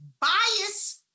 bias